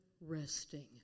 resting